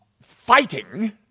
Fighting